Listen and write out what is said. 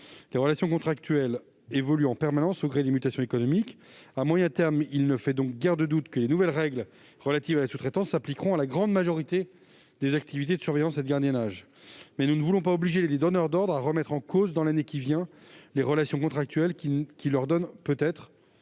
Les relations contractuelles évoluent en permanence au gré des mutations économiques. À moyen terme, il ne fait donc guère de doute que les nouvelles règles relatives à la sous-traitance s'appliqueront à la grande majorité des activités de surveillance et de gardiennage. Cependant, nous ne voulons pas obliger les donneurs d'ordre à remettre en cause, dans l'année qui vient, les relations contractuelles qui leur donnent peut-être